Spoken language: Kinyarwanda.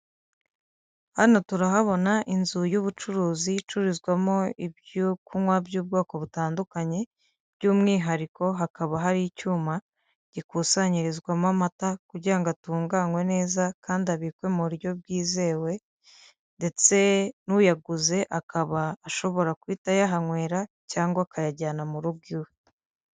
Hano turahabona inzu y'ubucuruzi icururizwamo ibyo kunywa by'ubwoko butandukanye by'umwihariko hakaba hari icyuma gikusanyirizwamo amata, kugira ngo atunganywe neza kandi abikwe mu buryo bwizewe ndetse n'uyaguze akaba ashobora guhita ayahanywera cyangwa akayajyana mu rugo iwe.